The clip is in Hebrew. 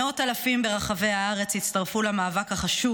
מאות אלפים ברחבי הארץ הצטרפו למאבק החשוב